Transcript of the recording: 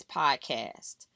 podcast